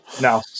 No